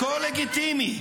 הכול לגיטימי.